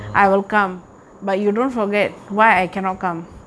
mm